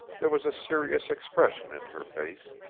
there was a serious expression in her face,